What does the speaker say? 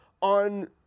on